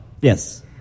Yes